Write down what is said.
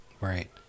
Right